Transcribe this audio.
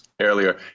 earlier